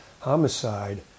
homicide